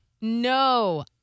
No